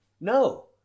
No